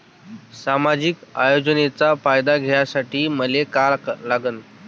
सामाजिक योजनेचा फायदा घ्यासाठी मले काय लागन?